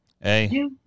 Hey